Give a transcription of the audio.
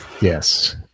yes